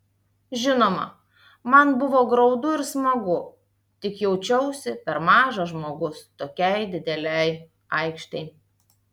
žinoma man buvo graudu ir smagu tik jaučiausi per mažas žmogus tokiai didelei aikštei